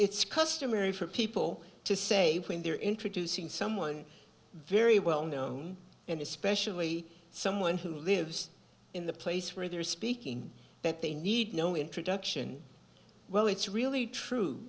it's customary for people to say when they're introducing someone very well known and especially someone who lives in the place where they're speaking that they need no introduction well it's really true